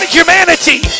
humanity